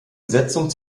besetzung